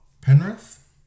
Penrith